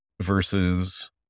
versus